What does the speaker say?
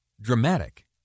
Dramatic